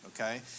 okay